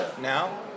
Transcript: now